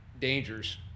dangers